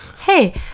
Hey